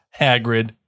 Hagrid